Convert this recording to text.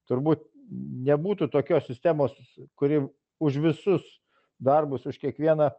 turbūt nebūtų tokios sistemos kuri už visus darbus už kiekvieną